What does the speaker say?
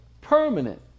permanent